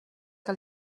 que